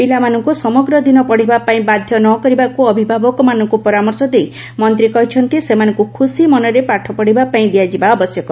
ପିଲାମାନଙ୍କୁ ସମଗ୍ର ଦିନ ପଢ଼ିବାପାଇଁ ବାଧ୍ୟ ନ କରିବାକୁ ଅଭିଭାବକମାନଙ୍କୁ ପରାମର୍ଶ ଦେଇ ମନ୍ତ୍ରୀ କହିଛନ୍ତି ସେମାନଙ୍କୁ ଖୁସୀମନରେ ପାଠପଢ଼ିବା ପାଇଁ ଦିଆଯିବା ଆବଶ୍ୟକ